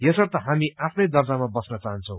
यसर्थ हामी आफ्नै दर्जामा बस्न चाहन्छै